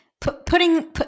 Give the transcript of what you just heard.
putting